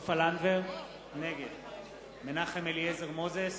נגד מנחם אליעזר מוזס,